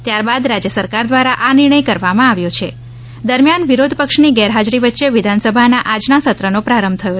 જ્યાર બાદ રાજ્ય સરકાર દ્વારા આ નિર્ણય કરવામાં આવ્યો છે દરમિયાન વિરોધ પક્ષની ગેર હાજરી વચ્ચે વિધાનસભાના આજના સત્રનો પ્રારંભ થયો